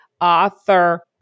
author